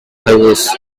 highways